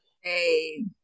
Hey